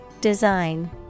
Design